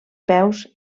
peus